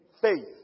faith